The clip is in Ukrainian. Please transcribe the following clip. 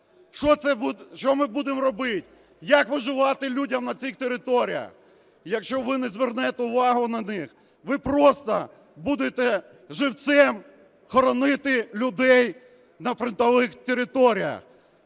Що ми будемо робити? Як виживати людям на цих територіях? Якщо ви не звернете увагу на них, ви просто будете живцем хоронити людей на прифронтових територіях.